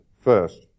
first